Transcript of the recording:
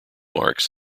marks